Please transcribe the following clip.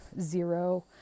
zero